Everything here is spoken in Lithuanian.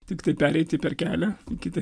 tiktai pereiti per kelią kitą